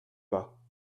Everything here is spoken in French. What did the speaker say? pas